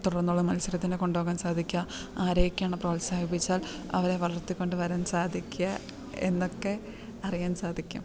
തുടർന്നുള്ള മത്സരത്തിന് കൊണ്ട് പോകാൻ സാധിക്കുക ആരെ ഒക്കെയാണ് പ്രോത്സാഹിപ്പിച്ചാൽ അവരെ വളർത്തി കൊണ്ട് വരാൻ സാധിക്കുക എന്നൊക്കെ അറിയാൻ സാധിക്കും